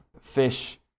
fish